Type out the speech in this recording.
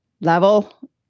level